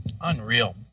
Unreal